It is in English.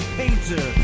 painter